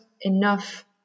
enough